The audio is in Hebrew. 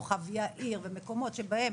כוכב יאיר ומקומות שבהם